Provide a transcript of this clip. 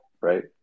right